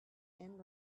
and